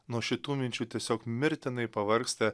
nuo šitų minčių tiesiog mirtinai pavargsta